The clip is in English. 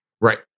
Right